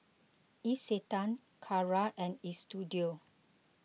Isetan Kara and Istudio